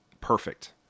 perfect